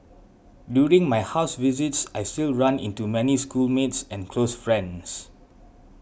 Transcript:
during my house visits I still run into many schoolmates and close friends